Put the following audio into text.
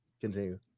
Continue